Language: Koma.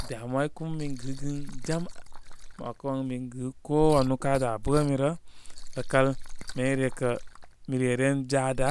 Damuwai kuma min gəgən jam. Mə wakəwan min gɨ ko wanú ka dá bə núrə. Rakal mi ren rekə, mi reren jada